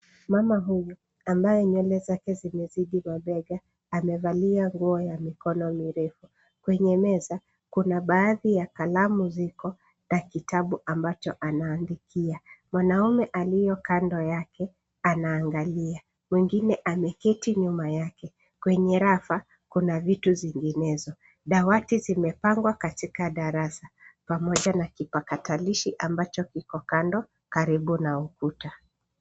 Mama huyu ambaye nywele zake zimezidi mabega amevalia nguo ya mikono mirefu. Kwenye meza kuna baadhi ya kalamu ziko na kitabu ambacho anaandikia. Mwanaume aliye kando yake anaangalia, mwingine ameketi nyuma yake. Kwenye rafu kuna vitu zinginezo. Dawati zimepangwa katika darasa pamoja na kipakatalishi amabcho kiko kando karibu na ukuta.